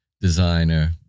designer